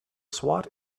swat